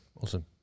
Awesome